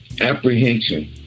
Apprehension